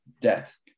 death